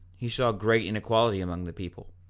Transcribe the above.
he saw great inequality among the people,